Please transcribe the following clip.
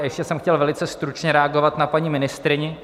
A ještě jsem chtěl velice stručně reagovat na paní ministryni.